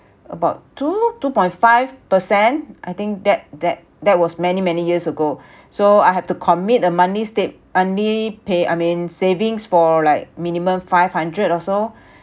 about two two point five percent I think that that that was many many years ago so I have to commit a monthly step monthly pay I mean savings for like minimum five hundred or so